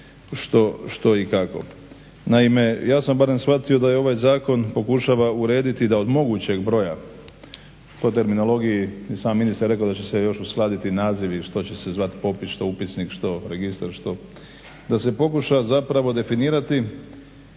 što i kako. Naime, ja sam barem shvatio da ovaj zakon pokušava urediti da od mogućeg broja po terminologiji i sam ministar je rekao da će se još uskladiti nazivi, što će se zvat popis, što upisnik, što registar, da se pokuša zapravo definirati